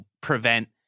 prevent